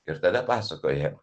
ir tada pasakoja